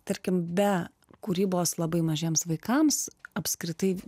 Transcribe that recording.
tarkim be kūrybos labai mažiems vaikams apskritai